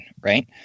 right